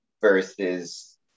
versus